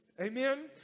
Amen